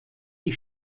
die